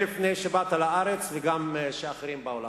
לפני שבאת לארץ, וגם לפני שאחרים באו לארץ,